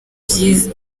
byiza